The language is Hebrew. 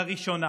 לראשונה,